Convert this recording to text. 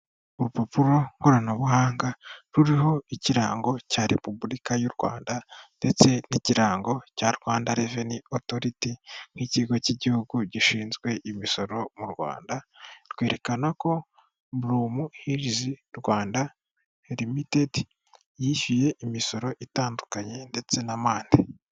Urupapuro koranabuhanga ruriho ikirango cya repubulika y'u Rwanda ndetse n'ikirango cya Rwanda Revenue Authority nk'ikigo cy'igihugu gishinzwe imisoro mu Rwanda rwerekana ko brum hills Rwanda limited yishyuye imisoro itandukanye ndetse n'amande.